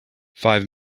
five